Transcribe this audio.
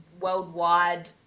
worldwide